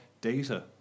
data